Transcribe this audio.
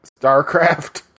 Starcraft